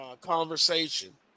conversation